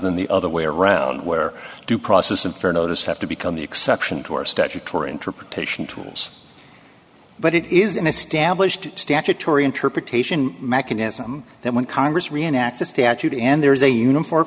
than the other way around where due process and fair notice have to become the exception to our statutory interpretation tools but it is an established statutory interpretation mechanism that when congress reenact the statute and there is a uniform